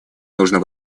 нужно